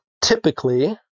typically